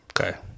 okay